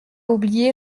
oublié